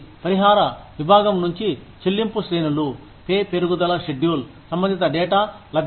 పరిహార విభాగం నుంచి చెల్లింపు శ్రేణులు పే పెరుగుదల షెడ్యూల్ సంబంధిత డేటా లభ్యత